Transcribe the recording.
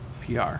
PR